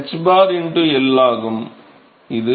மாணவர் ஆமாம் மாணவர் இது ħL ஆகும்